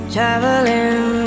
Traveling